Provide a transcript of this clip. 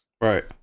Right